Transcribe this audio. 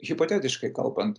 hipotetiškai kalbant